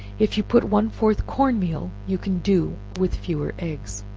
if you put one-fourth corn meal, you can do with fewer eggs.